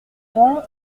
vent